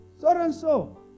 so-and-so